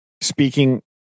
Speaking